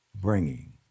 bringing